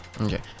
okay